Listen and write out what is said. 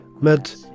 met